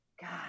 God